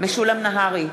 משולם נהרי,